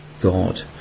God